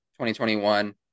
2021